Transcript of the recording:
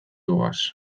goaz